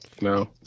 no